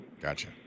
Gotcha